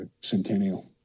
Centennial